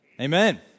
Amen